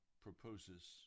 proposes